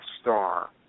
star